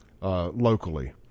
locally